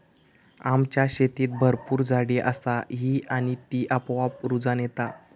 आमच्या शेतीत भरपूर झाडी असा ही आणि ती आपोआप रुजान येता